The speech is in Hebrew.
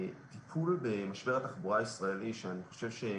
טיפול במשבר התחבורה הישראלי שאני חושב שהוא